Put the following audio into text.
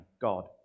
God